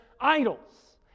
idols